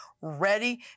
ready